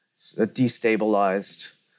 destabilized